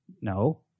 No